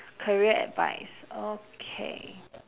career advice okay